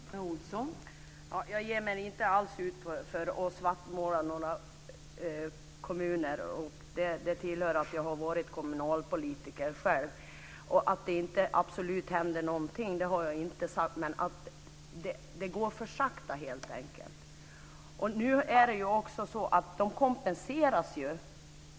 Fru talman! Jag ger mig inte alls ut för att svartmåla kommuner; jag har ju själv varit kommunalpolitiker. Att absolut inte någonting händer har jag inte sagt. Däremot går det helt enkelt för sakta.